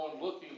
looking